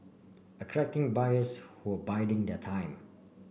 attracting buyers who were biding their time